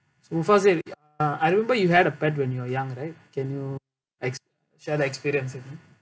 Mufassin you uh I remember you had a pet when you're young right can you ex~ share the experience with me